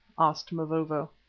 asked mavovo.